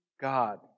God